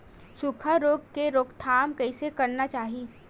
सुखा रोग के रोकथाम कइसे करना चाही?